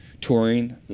touring